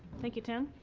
thank you, tim.